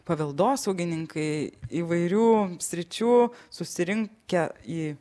paveldosaugininkai įvairių sričių susirinkę į